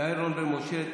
יעל רון בן משה,